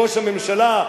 ראש הממשלה,